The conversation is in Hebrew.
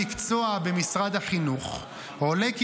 --- בבירור אל מול גורמי המקצוע במשרד החינוך עולה כי